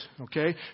Okay